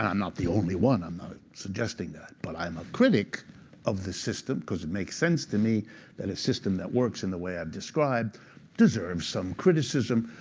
um not the only one. i'm not suggesting that. but i'm a critic of this system, because it makes sense to me that a system that works in the way i've described deserves some criticism.